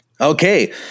Okay